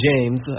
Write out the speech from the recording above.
James